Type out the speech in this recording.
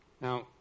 Now